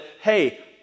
hey